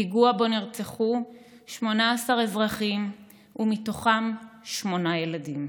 פיגוע שבו נרצחו 18 אזרחים, ובהם שמונה ילדים.